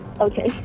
Okay